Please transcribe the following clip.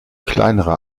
kleinere